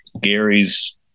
Gary's